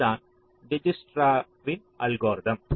இதுதான் டிஜ்க்ஸ்ட்ராவின் அல்காரிதம்